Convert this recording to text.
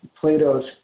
plato's